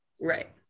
Right